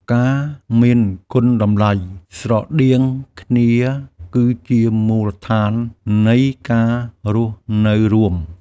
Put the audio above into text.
ការមានគុណតម្លៃស្រដៀងគ្នាគឺជាមូលដ្ឋាននៃការរស់នៅរួម។